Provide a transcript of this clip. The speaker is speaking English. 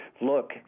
look